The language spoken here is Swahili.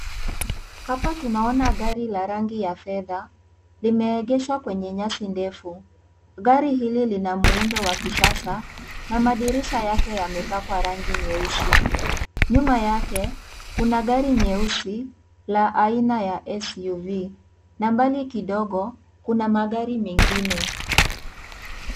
Hapa tunaona gari la rangi ya fedha, limeegeshwa kwenye nyasi ndefu. Gari hili, lina muundo wa kisasa na madirisha yake yamepakwa rangi nyeusi. Nyuma yake, kuna gari nyeusi ya aina ya SUV na mbali kidogo, kuna magari mengine.